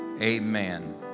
amen